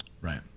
Right